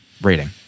rating